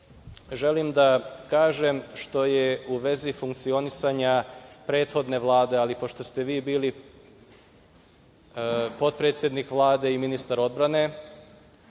želim da kažem, što je u vezi funkcionisanja prethodne Vlade, ali pošto ste vi bili potpredsednik Vlade i ministar odbrane,